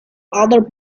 other